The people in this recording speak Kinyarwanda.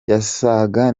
yasaga